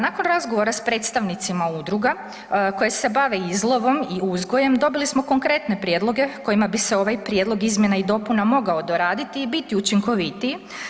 Nakon razgovora s predstavnicima udruga koje se bave izlovom i uzgojem dobili smo konkretne prijedloge kojima bi se ovaj prijedlog izmjena i dopuna mogao doraditi i biti učinkovitiji.